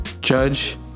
judge